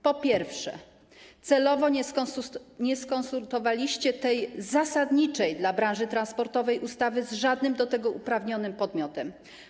Po pierwsze, celowo nie skonsultowaliście tej zasadniczej dla branży transportowej ustawy z żadnym do tego uprawnionym podmiotem.